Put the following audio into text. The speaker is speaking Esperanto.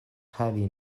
havi